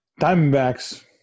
Diamondbacks